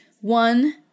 One